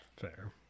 Fair